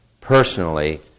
personally